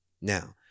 Now